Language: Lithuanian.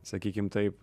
sakykim taip